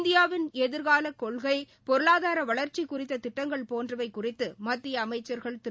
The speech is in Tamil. இந்தியாவின் எதிர்காலக் கொள்கை பொருளாதார வளர்ச்சி குறித்த திட்டங்கள் போன்றவை குறித்து மத்திய அமைச்சர்கள் திரு